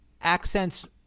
Accent's